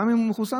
גם אם הוא מחוסן,